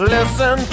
Listen